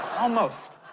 almost.